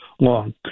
long